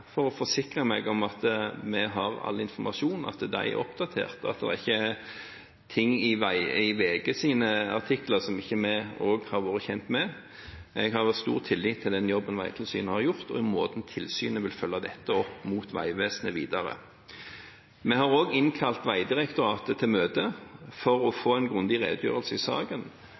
for å forsikre meg om at vi har all informasjon, at den er oppdatert, at det ikke er ting i VGs artikler som ikke vi også har vært kjent med. Jeg har også stor tillit til den jobben Vegtilsynet har gjort, og måten tilsynet vil følge opp dette med Vegvesenet videre på. Vi har også innkalt Vegdirektoratet til møte for å få en grundig redegjørelse i saken